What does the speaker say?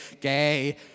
gay